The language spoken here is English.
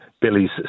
Billy's